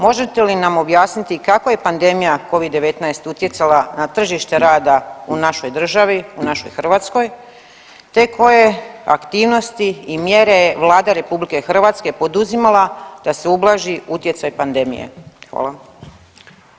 Možete li nam objasniti kako je pandemija Covid-19 utjecala na tržište rada u našoj državi, u našoj Hrvatskoj te koje aktivnosti i mjere je Vlada RH poduzimala da se ublaži utjecaj pandemije.